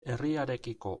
herriarekiko